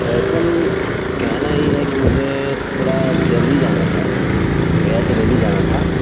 دراصل کہنا یہ ہے کہ مجھے تھوڑا دلہی جانا تھا گیا سے دلہی جانا تھا